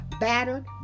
Battered